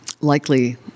likely